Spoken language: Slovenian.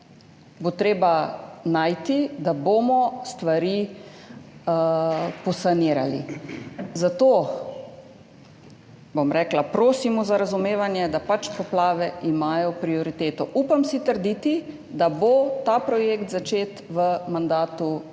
bo treba najti, da bomo stvari posanirali, zato, bom rekla, prosimo za razumevanje, da pač poplave imajo prioriteto. Upam si trditi, da bo ta projekt začet v mandatu te